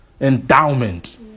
endowment